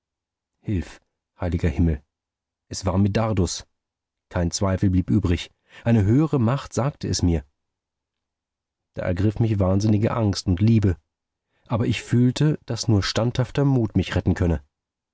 hilf heiliger himmel es war medardus kein zweifel blieb übrig eine höhere macht sagte es mir da ergriff mich wahnsinnige angst und liebe aber ich fühlte daß nur standhafter mut mich retten könne